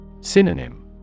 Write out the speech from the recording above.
Synonym